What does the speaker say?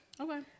okay